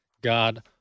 God